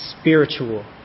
spiritual